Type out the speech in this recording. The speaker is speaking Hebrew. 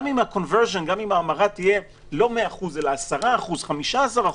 גם אם ההמרה תהיה לא 100% אלא 10% או 15%,